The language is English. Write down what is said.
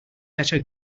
better